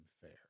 fair